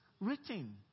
written